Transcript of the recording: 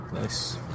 Nice